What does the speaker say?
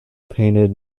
painted